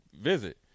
visit